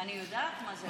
אני יודעת.